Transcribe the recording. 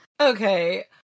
Okay